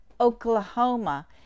Oklahoma